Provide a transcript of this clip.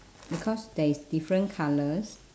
because there is different colours